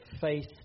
faith